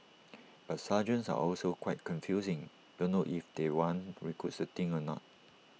but sergeants are also quite confusing don't know if they want recruits to think or not